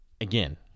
Again